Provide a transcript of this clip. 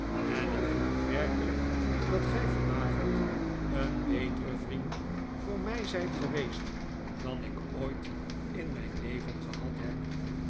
en ik geloof werkelijk dat gij vanavond een betere vriend voor mij zijt geweest dan ik ooit in mijn leven gehad heb